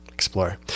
explore